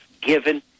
given